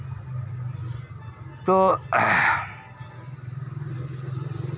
ᱛᱚ